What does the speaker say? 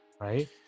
right